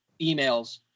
emails